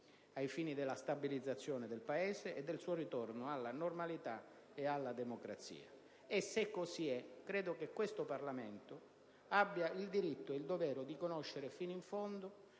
ai fini della stabilizzazione del Paese e del suo ritorno alla normalità e alla democrazia. Se così è, credo che il Parlamento abbia il diritto e il dovere di conoscere fino in fondo